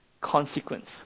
consequence